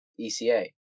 ECA